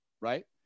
right